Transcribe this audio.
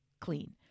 clean